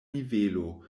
nivelo